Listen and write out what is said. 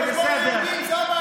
יש לי בעיה שתנתק